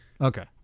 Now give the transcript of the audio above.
Okay